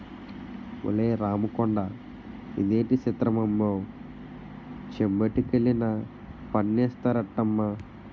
ఒలే రాముకొండా ఇదేటి సిత్రమమ్మో చెంబొట్టుకెళ్లినా పన్నేస్తారటమ్మా